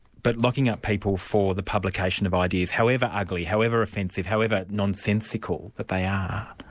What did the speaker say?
but locking up people for the publication of ideas, however ugly, however offensive, however nonsensical that they are?